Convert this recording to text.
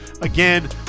again